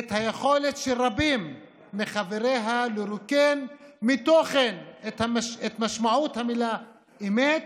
ואת היכולת של רבים מחבריה לרוקן מתוכן את משמעות המילים "אמת",